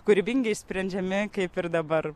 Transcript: kūrybingai išsprendžiami kaip ir dabar